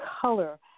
color